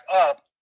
up